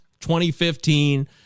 2015